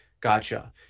Gotcha